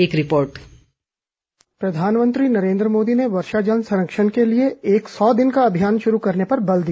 एक रिपोर्ट प्रधानमंत्री नरेन्द्र मोदी ने वर्षा जल संरक्षण के लिए एक सौ दिन का अभियान शुरू करने पर बल दिया